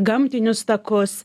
gamtinius takus